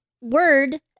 word